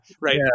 right